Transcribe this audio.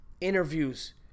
interviews